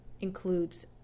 includes